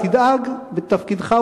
תדאג בתפקידך,